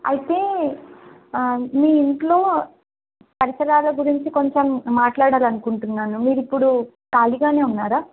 అయితే మీ ఇంట్లో పరిసరాల గురించి కొంచెం మాట్లాడాలనుకుంటున్నాను మీరిప్పుడు ఖాళీగానే ఉన్నారా